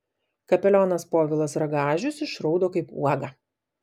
kapelionas povilas ragažius išraudo kaip uoga